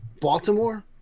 baltimore